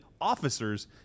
officers